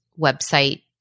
website